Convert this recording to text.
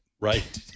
right